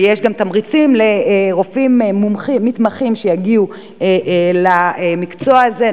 ויש גם תמריצים לרופאים מתמחים שיגיעו למקצוע הזה.